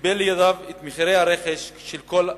שקיבל לידיו את מחירי הרכש של כל הקופות.